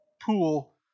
pool